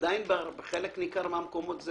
עדיין בחלק ניכר מהמקומות,